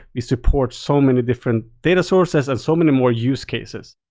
we support so many different data sources and so many more use cases.